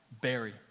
Barry